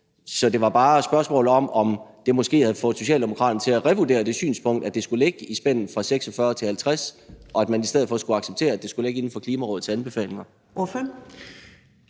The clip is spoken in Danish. Så det var bare et spørgsmål om, om det måske havde fået Socialdemokraterne til at revurdere det synspunkt, at det skulle ligge i spændet 46-50 pct., og at man i stedet for accepterede, at det skulle ligge inden for Klimarådets anbefalinger. Kl.